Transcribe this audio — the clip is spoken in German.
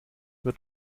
wird